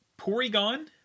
porygon